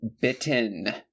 bitten